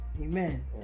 Amen